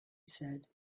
said